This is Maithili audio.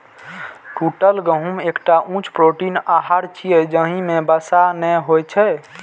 टूटल गहूम एकटा उच्च प्रोटीन आहार छियै, जाहि मे वसा नै होइ छै